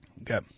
okay